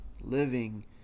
living